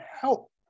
help